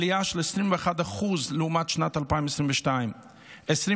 ועלייה של 21% לעומת שנת 2022. 20